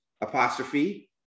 Apostrophe